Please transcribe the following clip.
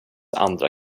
andra